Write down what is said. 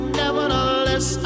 nevertheless